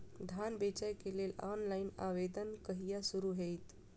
धान बेचै केँ लेल ऑनलाइन आवेदन कहिया शुरू हेतइ?